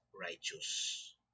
righteous